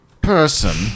person